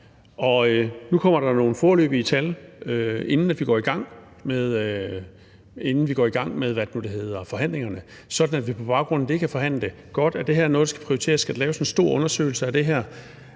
Nu kommer der nogle foreløbige tal, inden vi går i gang med forhandlingerne, sådan at vi på baggrund af det kan forhandle det godt. Er det her noget, der skal prioriteres? Skal der laves en stor undersøgelse af det her?